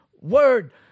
word